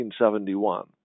1971